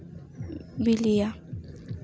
ᱵᱤᱞᱤᱭᱟ